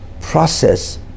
process